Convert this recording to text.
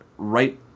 right –